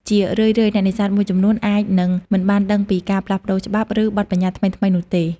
ជារឿយៗ អ្នកនេសាទមួយចំនួនអាចនឹងមិនបានដឹងពីការផ្លាស់ប្តូរច្បាប់ ឬបទប្បញ្ញត្តិថ្មីៗនោះទេ។